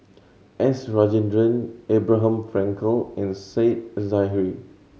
S Rajendran Abraham Frankel and Said Zahari